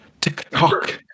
TikTok